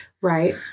Right